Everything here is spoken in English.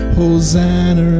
Hosanna